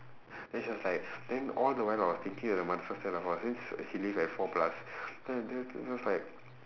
then she was like then all the while I was thinking like her mother say then !wah! since she leave at four plus then then then I was like